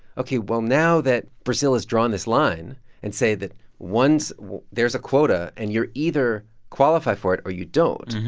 ok, well, now that brazil has drawn this line and say that one's there's a quota, and you're either qualify for it or you don't.